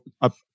up